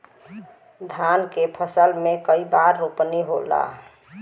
धान के फसल मे कई बार रोपनी होला?